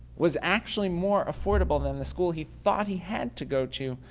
was actually more affordable than the school he thought he had to go to,